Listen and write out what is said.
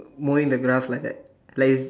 mowing the grass like that like it's